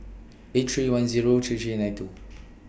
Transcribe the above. eight three one Zero three three nine two